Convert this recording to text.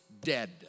dead